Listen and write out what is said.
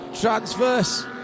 transverse